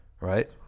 right